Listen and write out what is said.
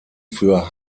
für